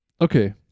okay